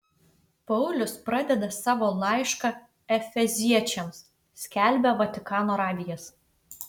paulius pradeda savo laišką efeziečiams skelbia vatikano radijas